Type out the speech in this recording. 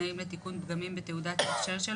הוא הרגיל, הבסיסי, מי שרוצה להחמיר על עצמו